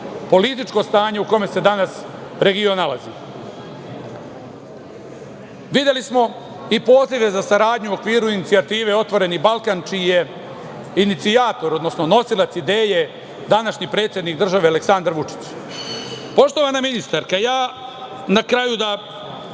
političko stanje u kome se danas region nalazi. Videli smo i pozive za saradnju u okviru inicijative „Otvoreni Balkan“, čiji je inicijator, odnosno nosilac ideje današnji predsednik države Aleksandar Vučić. Poštovana ministarka, na kraju da